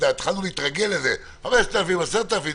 התחלנו להתרגל לזה: 5,000 ש"ח, 10,000 ש"ח.